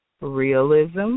realism